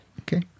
Okay